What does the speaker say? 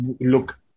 look